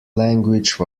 language